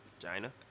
Vagina